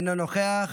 אינו נוכח,